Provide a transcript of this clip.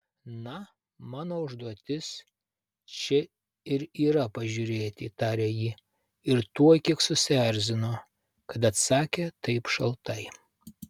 na mano užduotis čia ir yra pažiūrėti tarė ji ir tuoj kiek susierzino kad atsakė taip šaltai